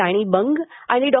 राणी बंग आणि डॉ